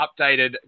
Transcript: updated